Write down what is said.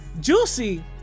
Juicy